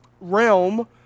realm